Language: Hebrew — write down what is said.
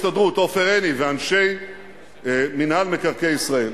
כולל עם ראש ההסתדרות עופר עיני ואנשי מינהל מקרקעי ישראל.